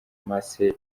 macedonia